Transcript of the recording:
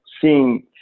seeing